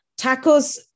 tacos